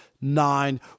nine